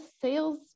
sales